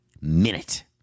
minute